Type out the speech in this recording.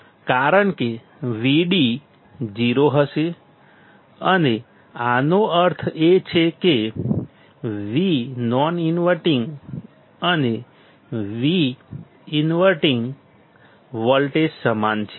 કારણ કે Vd 0 હશે અને આનો અર્થ એ કે Vnon inverting અને Vinverting વોલ્ટેજ સમાન છે